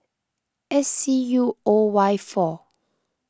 S C U O Y four